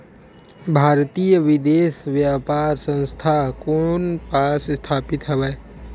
भारतीय विदेश व्यापार संस्था कोन पास स्थापित हवएं?